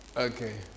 Okay